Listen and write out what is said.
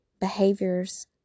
behaviors